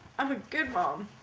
i'm a good mom.